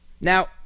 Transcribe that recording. Now